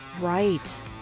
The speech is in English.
Right